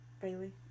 Bailey